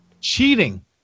Cheating